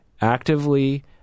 actively